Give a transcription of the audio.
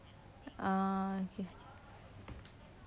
oh okay